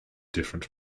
different